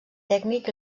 tècnic